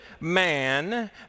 man